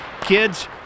Kids